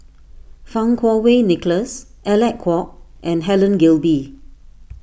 Fang Kuo Wei Nicholas Alec Kuok and Helen Gilbey